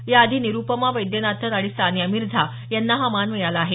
या आधी निरुपमा वैद्यनाथन आणि सानिया मिर्झा यांना हा मान मिळाला आहे